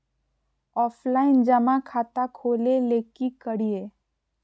Offline जमा खाता खोले ले की करिए?